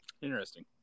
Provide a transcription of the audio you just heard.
Interesting